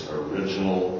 original